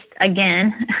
again